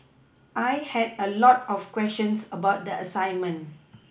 I had a lot of questions about the assignment